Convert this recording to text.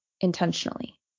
intentionally